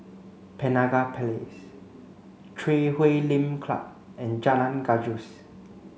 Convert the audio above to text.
Penaga Place Chui Huay Lim Club and Jalan Gajus